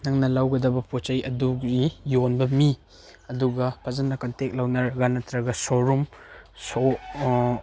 ꯅꯪꯅ ꯂꯧꯒꯗꯕ ꯄꯣꯠ ꯆꯩ ꯑꯗꯨꯒꯤ ꯌꯣꯟꯕ ꯃꯤ ꯑꯗꯨꯒ ꯐꯖꯅ ꯀꯟꯇꯦꯛ ꯂꯧꯅꯔꯒ ꯅꯠꯇ꯭ꯔꯒ ꯁꯣꯔꯨꯝ